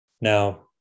Now